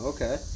Okay